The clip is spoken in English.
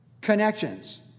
Connections